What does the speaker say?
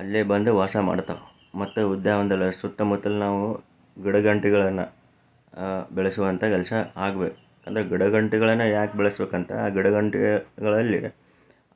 ಅಲ್ಲೇ ಬಂದು ವಾಸ ಮಾಡ್ತಾವೆ ಮತ್ತು ಉದ್ಯಾನವನ್ದಲ್ಲಿ ಸುತ್ತಮುತ್ತಲೂ ನಾವು ಗಿಡಗಂಟಿಗಳನ್ನು ಬೆಳೆಸುವಂಥ ಕೆಲಸ ಆಗ್ಬೇಕು ಅಂದರೆ ಗಿಡಗಂಟಿಗಳನ್ನು ಯಾಕೆ ಬೆಳೆಸ್ಬೇಕು ಅಂತ ಆ ಗಿಡಗಂಟಿಗಳಲ್ಲಿ